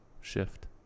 shift